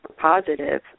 positive